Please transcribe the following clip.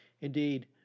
Indeed